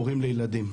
הורים לילדים.